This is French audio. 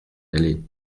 aller